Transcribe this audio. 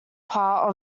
part